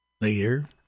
later